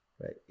right